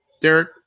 Derek